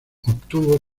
obtuvo